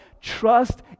trust